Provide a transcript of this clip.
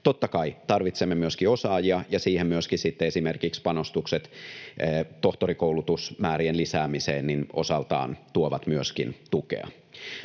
Totta kai tarvitsemme myöskin osaajia, ja siihen myöskin esimerkiksi panostukset tohtorikoulutusmäärien lisäämiseen osaltaan tuovat myöskin tukea.